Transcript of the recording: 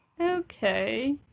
Okay